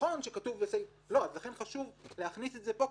לכן חשוב להכניס את זה פה,